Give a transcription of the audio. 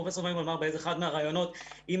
פרופ' מימון אמר באחד מהראיונות: אם